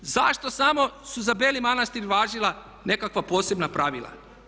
Zašto samo su za Beli Manastir važila nekakva posebna pravila?